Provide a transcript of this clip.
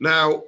Now